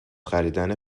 خریدن